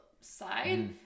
side